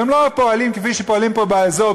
והם לא פועלים כפי שפועלים פה באזור,